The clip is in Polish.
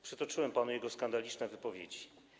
Przytoczyłem panu jego skandaliczne wypowiedzi.